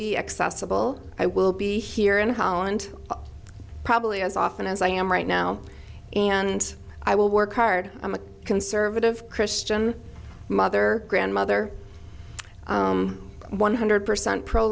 be accessible i will be here in holland probably as often as i am right now and i will work hard i'm a conservative christian mother grandmother one hundred percent pro